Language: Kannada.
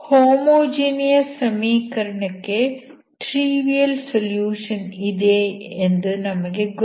ಹೋಮೋಜಿನಿಯಸ್ ಸಮೀಕರಣಕ್ಕೆ ಟ್ರಿವಿಯಲ್ ಸೊಲ್ಯೂಷನ್ ಇದೆ ಎಂದು ನಮಗೆ ಗೊತ್ತು